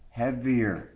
heavier